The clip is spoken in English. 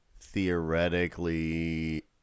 theoretically